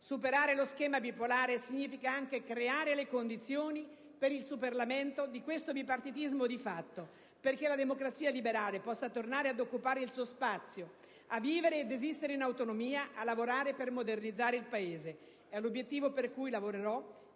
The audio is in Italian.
superare lo schema bipolare significa anche creare le condizioni per il superamento di questo bipartitismo di fatto, perché la democrazia liberale possa tornare ad occupare il suo spazio, a vivere e ad esistere in autonomia, a lavorare per modernizzare il Paese. È l'obiettivo per cui lavorerò,